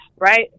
Right